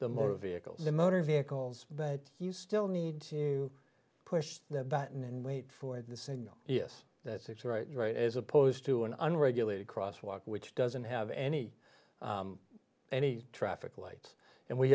the motor vehicles the motor vehicles but you still need to push the button and wait for the signal yes it's the right right as opposed to an unregulated cross walk which doesn't have any any traffic lights and we